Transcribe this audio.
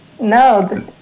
No